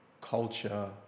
culture